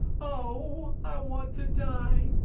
oh, i want to die!